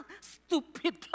Stupid